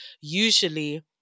usually